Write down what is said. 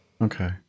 Okay